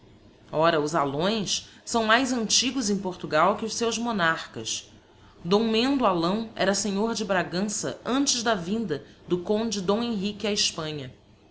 ora os alões são mais antigos em portugal que os seus monarchas d mendo alão era senhor de bragança antes da vinda do conde d henrique a hespanha